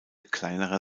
kleinerer